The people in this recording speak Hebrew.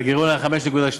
הגירעון היה 5.2,